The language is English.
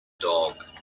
dog